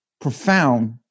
profound